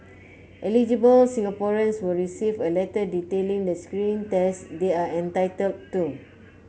eligible Singaporeans will receive a letter detailing the screening tests they are entitled to